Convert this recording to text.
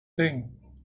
thing